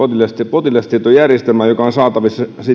potilastietojärjestelmän joka on saatavissa sitten